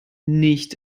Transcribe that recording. nicht